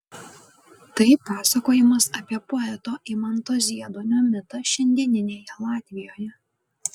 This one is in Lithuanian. tai pasakojimas apie poeto imanto zieduonio mitą šiandieninėje latvijoje